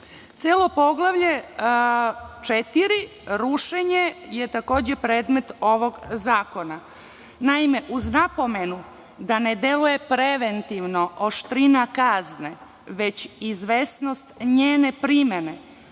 Celo poglavlje četiri – rušenje je takođe predmet ovog zakona. Naime, uz napomenu da ne deluje preventivno oštrina kazne već izvesnost njene primene